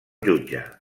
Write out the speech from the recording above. jutge